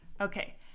Okay